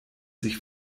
sich